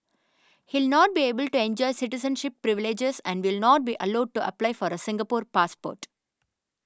he not be able to enjoy citizenship privileges and will not be allowed to apply for a Singapore passport